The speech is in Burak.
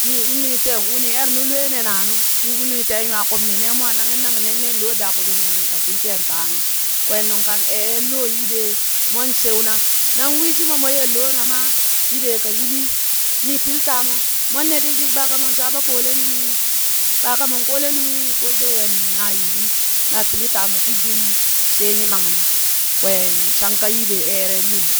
Nii ulinin teen u ni erenu lwee nenaanu ni ulinin nywaakubni nee mwaa naennan nenne loo daa kuɓii nyimamii ka pil teen taana. Kween nung kaan eeren loo yiɓe mon sheuna, nan wishimo mo yeloona ma yiɓee ka yilii nii pil taamo mon ne ɗik-ɗik ɓaaka mop Shaɓa koleni nunghi ɓaaka mon koole nunghi kojeuya na yilii na pili taamo ti dum shee nyimangna kwen shanka yiɓee eere lul.